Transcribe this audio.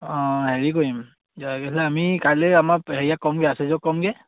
অঁ হেৰি কৰিম আমি কাইলে